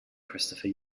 christopher